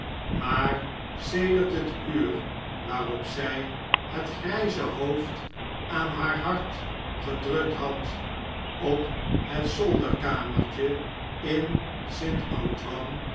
maar sedert het uur waarop zij het grijze hoofd aan haar hart gedrukt had op het zolderkamertje in